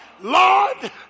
Lord